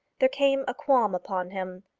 there came a qualm upon him.